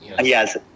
Yes